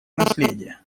наследие